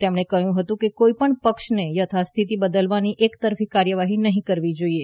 તેમણે કહ્યું કે કોઇપણ પક્ષને યથાસ્થિતિ બદલવાની એકતરફી કાર્યવાહી નહી કરવી જોઇએ